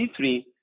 C3